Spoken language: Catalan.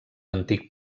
antic